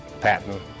Patton